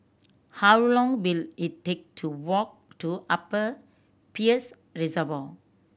how long will it take to walk to Upper Peirce Reservoir